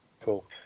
Cool